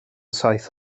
saith